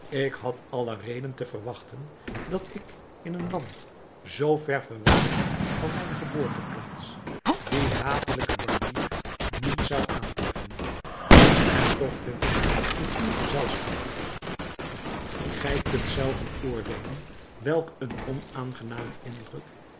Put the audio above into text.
ik had alle reden te verwachten dat ik in een land zoo ver verwijderd van mijne geboorteplaats dien hatelijken barbier niet zou aantreffen en toch vind ik hem in uw gezelschap gij kunt zelven oordeelen welk een onaangenamen indruk